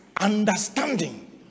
understanding